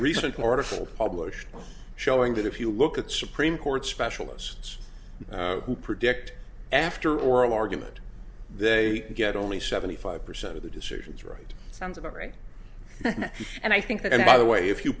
recent article published showing that if you look at supreme court specialists who predict after or a argument they get only seventy five percent of the decisions right sounds about right and i think that either way if you